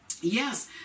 Yes